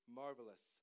marvelous